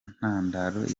ntandaro